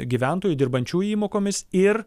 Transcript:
gyventojų dirbančių įmokomis ir